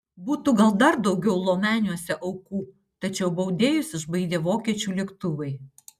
būtų gal dar daugiau lomeniuose aukų tačiau baudėjus išbaidė vokiečių lėktuvai